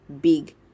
big